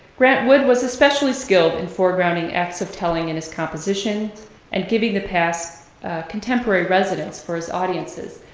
grant wood was especially skilled in foregrounding acts of telling in his compositions and giving the past contemporary resonance for his audiences.